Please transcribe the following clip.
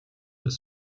des